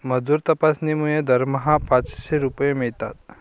मजूर तपासणीमुळे दरमहा पाचशे रुपये मिळतात